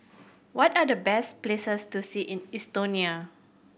what are the best places to see in Estonia